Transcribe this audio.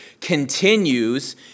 continues